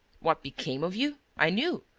what became of you? i knew.